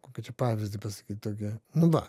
kokį čia pavyzdį pasakyt tokį nu va